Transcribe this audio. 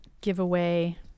giveaway